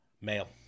Male